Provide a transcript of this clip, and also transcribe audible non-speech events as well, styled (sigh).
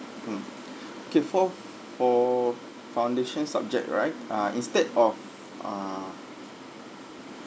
mm (breath) okay for for foundation subject right ah instead of ah